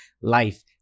life